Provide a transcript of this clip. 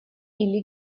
или